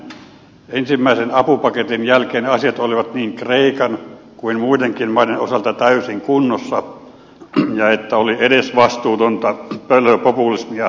stubbin mielestä ensimmäisen apupaketin jälkeen asiat olivat niin kreikan kuin muidenkin maiden osalta täysin kunnossa ja oli edesvastuutonta pölhöpopulismia väittää muuta